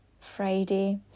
Friday